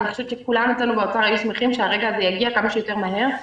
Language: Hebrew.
וכולנו אצלנו באוצר היו שמחים שהרגע הזה יגיע כמה שיותר מהר,